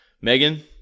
Megan